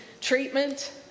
treatment